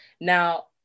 Now